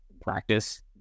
practice